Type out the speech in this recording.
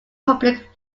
public